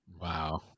Wow